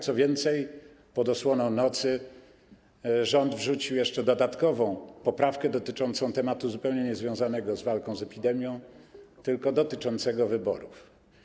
Co więcej, pod osłoną nocy rząd wrzucił jeszcze dodatkową poprawkę dotyczącą tematu zupełnie niezwiązanego z walką z epidemią, bo dotyczącą wyborów.